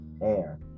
Air